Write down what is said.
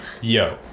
Yo